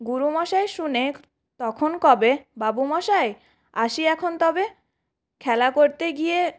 গুরুমশায় শুনে তখন কবে বাবুমশায় আসি এখন তবে খেলা করতে গিয়ে